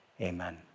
amen